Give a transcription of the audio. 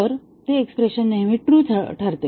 तर ती एक्स्प्रेशन नेहमी ट्रू ठरते